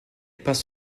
passe